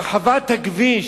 הרחבת הכביש,